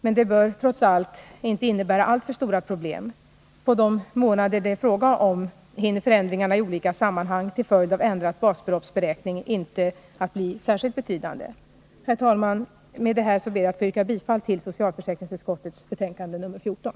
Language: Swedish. Men det bör trots allt 139 inte innebära alltför stora problem. På de månader det är fråga om hinner förändringarna i olika sammanhang till följd av ändrad basbeloppsberäkning inte att bli särskilt betydande. Herr talman! Med detta ber jag att få yrka bifall till socialförsäkringsutskottets hemställan i betänkandet nr 14.